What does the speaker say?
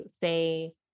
say